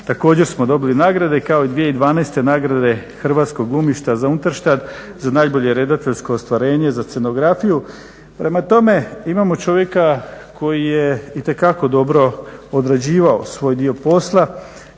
također smo dobili nagrade kao i 2012.nagrade Hrvatskog glumišta za Unterstadt za najbolje redateljsko ostvarenje, za crnografiju. Prema tome, imamo čovjeka koji je itekako dobro odrađivao svoj dio posla